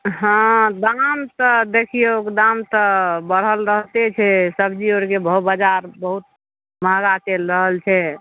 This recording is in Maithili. हँ दाम तऽ देखिऔ दाम तऽ बढ़ल रहिते छै सबजी आओरके भाव बजार बहुत महगा चलि रहल छै